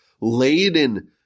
laden